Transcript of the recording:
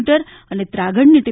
metre અને ત્રાગડની T